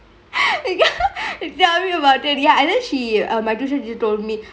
ya tell me about it ya and then she err my tuition teacher told me